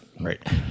Right